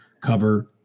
cover